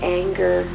anger